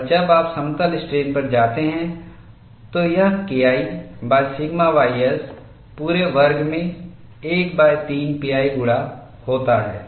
और जब आप समतल स्ट्रेन पर जाते हैं तो यह KIसिग्मा ys पूरे वर्ग में 13 pi गुणा होता है